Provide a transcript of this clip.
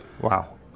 Wow